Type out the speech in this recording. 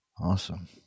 Awesome